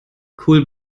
cool